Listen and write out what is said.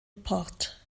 port